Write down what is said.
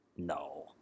No